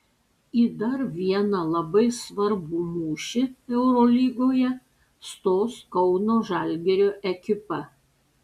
į dar vieną labai svarbų mūšį eurolygoje stos kauno žalgirio ekipa